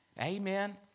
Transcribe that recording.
Amen